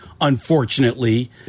Unfortunately